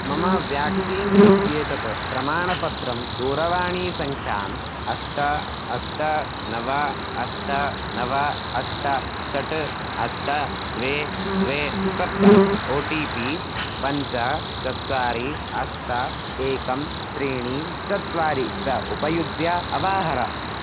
मम व्याक्सीन् इत्येतत् प्रमाणपत्रं दूरवाणीसङ्ख्याम् अष्ट अष्ट नव अष्ट नव अष्ट षट् अष्ट द्वे द्वे सप्त ओ टि पि पञ्च चत्वारि अष्ट एकं त्रीणि चत्वारि च उपयुज्य अवाहर